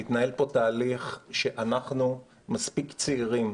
מתנהל פה תהליך כדי שאנחנו מספיק צעירים,